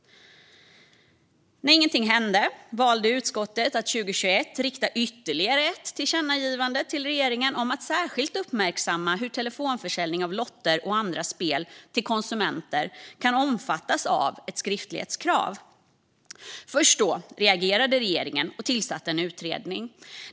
När ingenting hände valde utskottet att 2021 låta riksdagen rikta ytterligare ett tillkännagivande till regeringen om att särskilt uppmärksamma hur telefonförsäljning av lotter och andra spel till konsumenter kan omfattas av ett skriftlighetskrav. Först då reagerade regeringen och tillsatte en utredning.